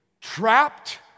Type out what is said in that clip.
Trapped